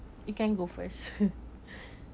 you can go first